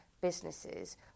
businesses